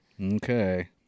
Okay